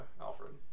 Alfred